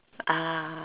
ah